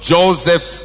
Joseph